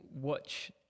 watch